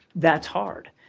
that's hard.